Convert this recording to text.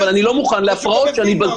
אבל אני לא מוכן להפרעות כשאני בזום